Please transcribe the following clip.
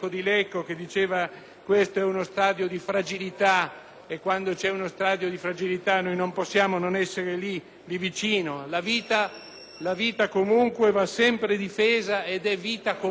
questo è uno stadio di fragilità e, in questi casi, non possiamo non essere lì vicino. La vita comunque va sempre difesa ed è vita comunque.